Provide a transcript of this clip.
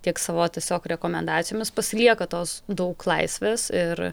tiek savo tiesiog rekomendacijomis pasilieka tos daug laisvės ir